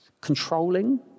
controlling